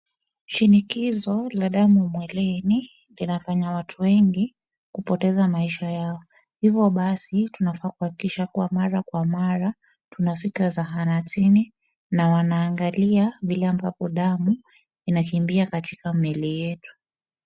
Shinikizo la damu mwilini linafanya watu wengi kupoteza kupoteza maisha hivyo basi tunafaa kuhakikisha tunafika zahanatini na wanaangalia vile ambapo damu inakimbia ndani ya miili yetu.